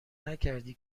نکردی